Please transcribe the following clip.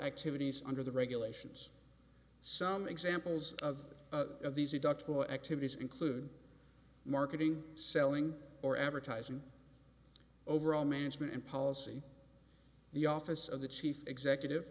activities under the regulations some examples of these are ductile activities include marketing selling or advertising overall management and policy the office of the chief executive